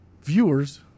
viewers